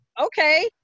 okay